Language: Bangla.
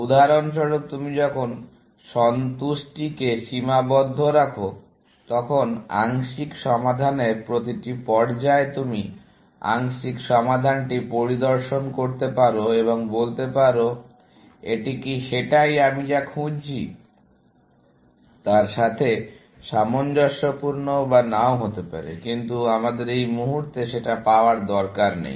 উদাহরণস্বরূপ তুমি যখন সন্তুষ্টিকে সীমাবদ্ধ রাখো তখন আংশিক সমাধানের প্রতিটি পর্যায়ে তুমি আংশিক সমাধানটি পরিদর্শন করতে পারো এবং বলতে পারো এটি কি সেটাই আমি যা খুঁজছি তার সাথে সামঞ্জস্যপূর্ণ বা নাও হতে পারে কিন্তু আমাদের এই মুহুর্তে সেটা পাওয়ার দরকার নেই